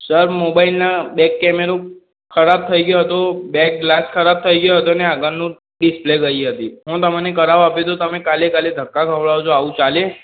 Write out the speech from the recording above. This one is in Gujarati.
સર મોબાઈલના બેક કેમેરો ખરાબ થઈ ગયો હતો બેક ગ્લાસ ખરાબ થઈ ગયો હતો ને આગળનું ડિસ્પ્લે ગઈ હતી હું તમને કરાવવા આપ્યું તો તમે કાલે કાલે ધક્કા ખવડાવો છો આવું ચાલે